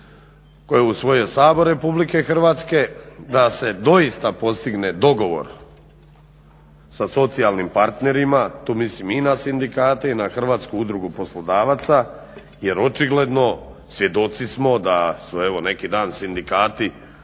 koje je usvojio Sabor Republike Hrvatske da se doista postigne dogovor sa socijalnim partnerima, tu mislim i na sindikate i na Hrvatsku udrugu poslodavaca jer očigledno svjedoci smo da su evo neki dan sindikati